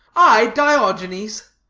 i, diogenes?